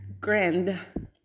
grinned